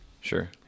Sure